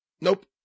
Nope